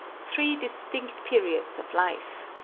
three distinct periods of life.